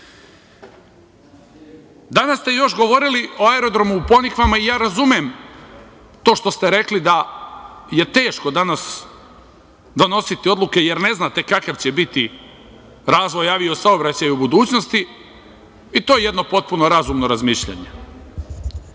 ste još govorili o aerodromu u Ponikvama i ja razumem to što ste rekli da je teško danas donositi odluke jer ne znate kakav će biti razvoj avio saobraćaja u budućnosti i to je jedno potpuno razumno razmišljanje. Verujte,